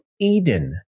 Eden